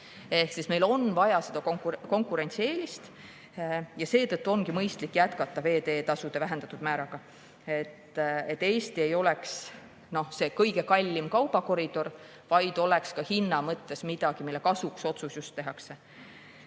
Meil on vaja konkurentsieelist ja seetõttu ongi mõistlik jätkata veeteetasude vähendatud määra [hoidmist], et Eesti ei oleks kõige kallim kaubakoridor, vaid oleks hinna mõttes midagi, mille kasuks otsus tehakse.